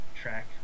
track